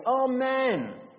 Amen